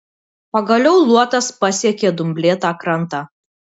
pagaliau luotas pasiekė dumblėtą krantą